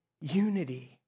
unity